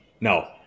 No